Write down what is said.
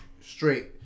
straight